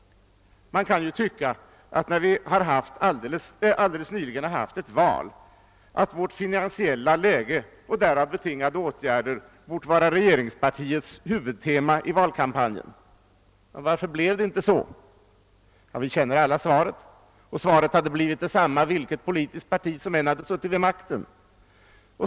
Man kan ju tycka att när vi alldeles nyligen har haft ett val så hade vårt finansiella läge och därav betingade åtgärder bort vara regeringens huvudtema i valkampanjen. Men varför blev det inte så? Ja, vi känner alla svaret, och det hade blivit detsamma vilket politiskt parti som än hade suttit vid makten.